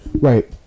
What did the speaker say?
Right